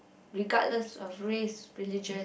regardless of race religion